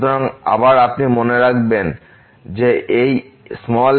সুতরাং আবার আপনি মনে রাখবেন যে এই nN